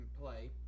play